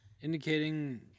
Indicating